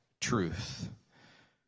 truth